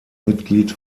mitglied